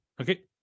Okay